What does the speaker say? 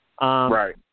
Right